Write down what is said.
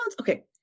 okay